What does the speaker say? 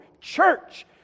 church